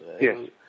Yes